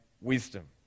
wisdom